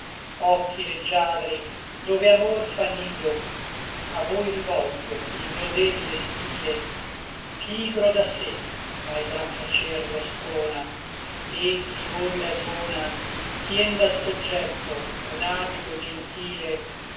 occhi leggiadri dove amor fa nido a voi rivolgo il mio debile stile pigro da sé ma l gran piacer lo sprona et chi di voi ragiona tien dal soggetto un habito gentile